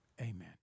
Amen